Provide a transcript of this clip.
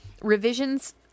revisions